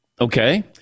Okay